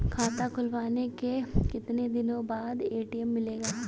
खाता खुलवाने के कितनी दिनो बाद ए.टी.एम मिलेगा?